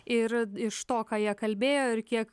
ir iš to ką jie kalbėjo ir kiek